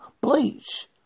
Bleach